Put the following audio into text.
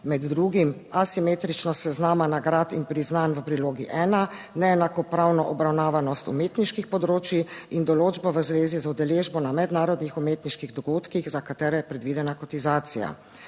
med drugim asimetričnost seznama nagrad in priznanj v prilogi 1, neenakopravno obravnavanost umetniških področij in določbo v zvezi z udeležbo na mednarodnih umetniških dogodkih, za katere je predvidena kotizacija.